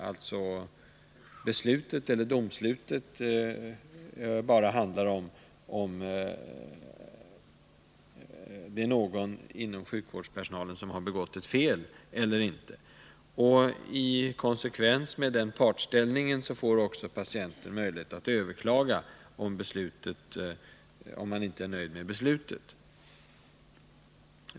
Domslutet anger ju bara om någon ur sjukvårdspersonalen har begått ett fel eller inte. I konsekvens därmed får också patienten möjlighet att överklaga, om han eller hon inte är nöjd med beslutet.